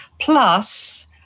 Plus